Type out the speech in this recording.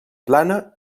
plana